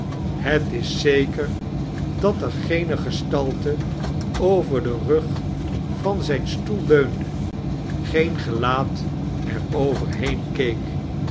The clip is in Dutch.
het is zeker dat er geen gestalte over den rug van zijn stoel leunde geetn gelaat er overheen keek